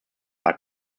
are